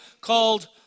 called